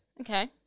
Okay